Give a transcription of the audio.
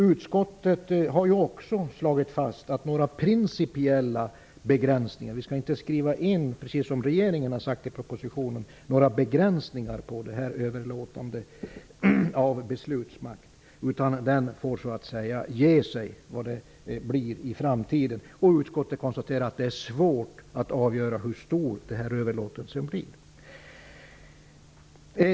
Utskottet har också slagit fast att vi inte skall skriva in några principiella begränsningar -- precis som regeringen har sagt i propositionen -- om överlåtande av beslutsmakt, utan det ger sig hur det blir i framtiden. Utskottet konstaterar att det är svårt att avgöra hur stor den här överlåtelsen blir.